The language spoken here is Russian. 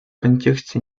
контексте